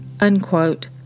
unquote